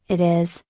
it is,